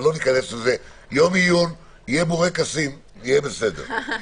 יום עיון, יהיו בורקסים, יהיה בסדר.